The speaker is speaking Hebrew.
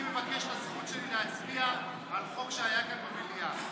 אני מבקש את הזכות שלי להצביע על חוק שהיה כאן במליאה,